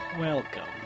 welcome